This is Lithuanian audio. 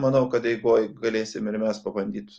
manau kad eigoj galėsim ir mes pabandyt